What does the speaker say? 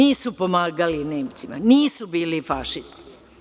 Nisu pomagali Nemcima, nisu bili fašisti.